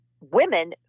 women